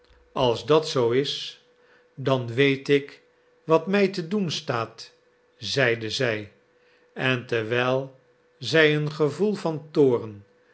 als dat zoo is dan weet ik wat mij te doen staat zeide zij en terwijl zij een gevoel van toorn